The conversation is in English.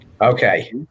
Okay